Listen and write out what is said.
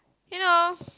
you know